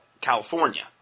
California